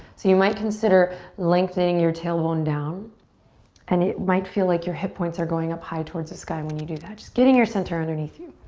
so you might consider lengthening your tailbone down and it might feel like your hip points are going up high towards the sky when you do that. just getting your center underneath you.